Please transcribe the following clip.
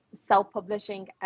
self-publishing